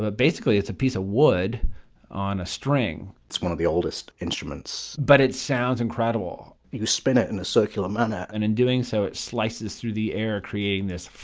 but basically, it's a piece of wood on a string it's one of the oldest instruments but it sounds incredible you spin it in a circular manner and in doing so, it slices through the air creating this